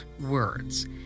words